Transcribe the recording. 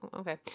okay